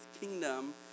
kingdom